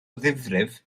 ddifrif